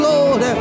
Lord